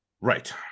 Right